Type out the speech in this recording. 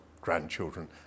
grandchildren